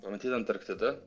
pamatyt antarktidą